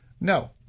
No